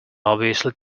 obviously